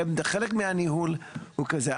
חלק מהניהול הוא כזה.